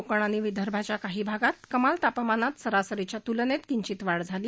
कोकण आणि विदर्भाच्या काही भागात कमाल तापमानात सरासरीच्या तुलनेत किंचित वाढ झाली